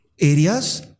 areas